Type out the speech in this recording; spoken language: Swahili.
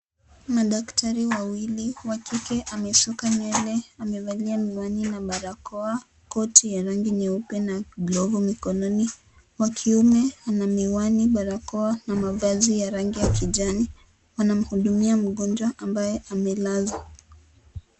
Madaktari wawili wakike ambaye amesuka Nywele na barakoa koti ya rangi nyeupe na gloves mkononi. Wakiume ako na miwani barakoa na vazi ya kijani ana hudumia mgonjwa ambaye amelazwa.